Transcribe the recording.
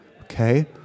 okay